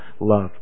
love